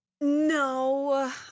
No